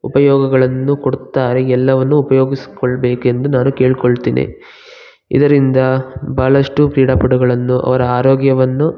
ಉಪಯೋಗಗಳನ್ನು ಕೊಡುತ್ತಾರೆ ಎಲ್ಲವನ್ನು ಉಪಯೋಗಿಸಿಕೊಳ್ಬೇಕೆಂದು ನಾನು ಕೇಳ್ಕೊಳ್ತೀನಿ ಇದರಿಂದ ಭಾಳಷ್ಟು ಕ್ರೀಡಾಪಟುಗಳನ್ನು ಅವರ ಆರೋಗ್ಯವನ್ನು